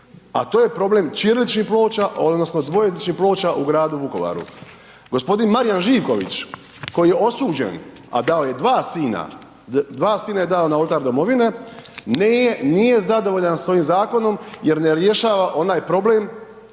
a to je problem ćiriličnih ploča, odnosno dvojezičnih ploča u gradu Vukovaru. G. Marijan Živković koji je osuđen, a dao je 2 sina, 2 sina je dao na oltar domovine, nije zadovoljan s ovim zakonom jer ne rješava onaj problem